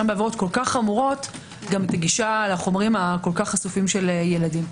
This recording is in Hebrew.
בעבירות כל כך חמורות את הגישה לחומרים כל כך חשופים של ילדים.